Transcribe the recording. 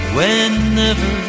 Whenever